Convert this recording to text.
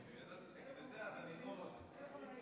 כנסת נכבדה, אנחנו חיים